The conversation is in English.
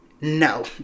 No